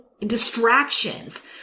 distractions